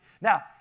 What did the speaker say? Now